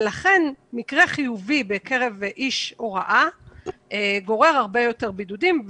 ולכן מקרה חיובי בקרב איש הוראה גורר הרבה יותר בידודים.